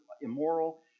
immoral